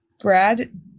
Brad